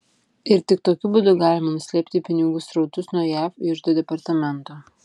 ir tik tokiu būdu galima nuslėpti pinigų srautus nuo jav iždo departamento